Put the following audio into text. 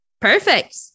Perfect